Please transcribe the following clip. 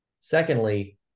Secondly